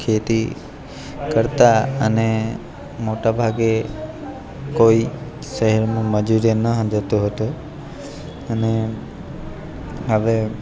ખેતી કરતા અને મોટા ભાગે કોઈ શહેરનું મજૂરીએ ના જતો હતો અને હવે